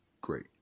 great